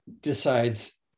decides